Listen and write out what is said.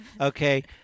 Okay